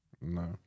No